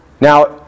Now